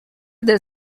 del